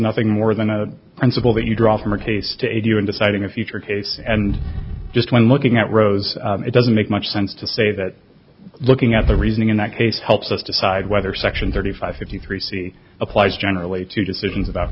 nothing more than a principle that you draw from a case to aid you in deciding a future case and just when looking at rose it doesn't make much sense to say that looking at the reasoning in that case helps us decide whether section thirty five fifty three c applies generally to decisions about